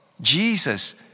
Jesus